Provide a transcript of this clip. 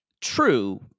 True